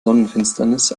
sonnenfinsternis